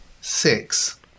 six